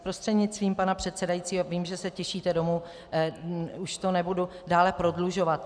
Prostřednictvím pana předsedajícího, vím, že se těšíte domů, už to nebudu dále prodlužovat.